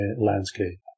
landscape